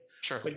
Sure